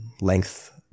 length